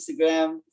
instagram